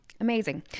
Amazing